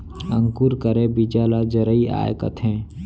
अंकुर करे बीजा ल जरई आए कथें